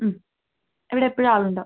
ഉം ഇവിടെ എപ്പഴും ആളുണ്ട്